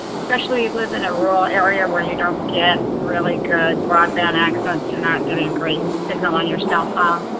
especially if you live in a rural area where you don't get really good broadband access, you're not getting great signal on your cell phone,